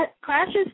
crashes